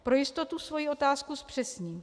Pro jistotu svoji otázku zpřesním.